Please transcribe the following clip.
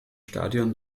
stadion